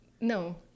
no